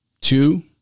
two